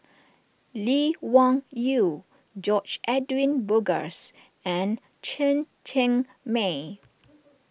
Lee Wung Yew George Edwin Bogaars and Chen Cheng Mei